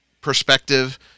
perspective